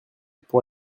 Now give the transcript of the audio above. pour